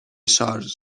شارژ